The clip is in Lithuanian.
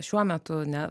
šiuo metu ne